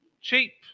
Cheap